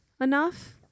enough